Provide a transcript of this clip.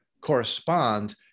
correspond